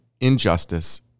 injustice